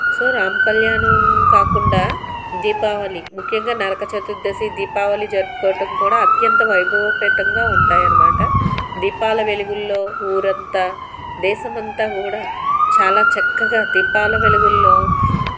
so Rama Kalyanam కాకుండా దీపావళి ముఖ్యంగా నరక చతుర్దశి దీపావళి జరుపుకోవడం కూడా అత్యంత వైభవోపేతంగా ఉంటాయి అన్నమాట దీపాల వెలుగుల్లో ఊరంతా దేశమంతా కూడా చాలా చక్కగా దీపాల వెలుగుల్లో